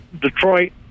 Detroit